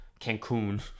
Cancun